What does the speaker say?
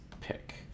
pick